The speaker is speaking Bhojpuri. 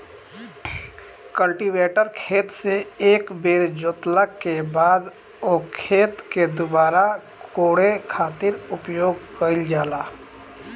कल्टीवेटर खेत से एक बेर जोतला के बाद ओ खेत के दुबारा कोड़े खातिर उपयोग कईल जाला